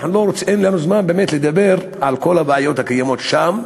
אין לנו זמן באמת לדבר על כל הבעיות הקיימות שם.